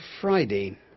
Friday